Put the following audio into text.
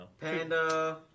Panda